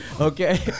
Okay